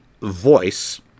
voice